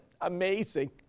Amazing